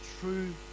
true